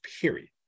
period